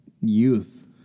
youth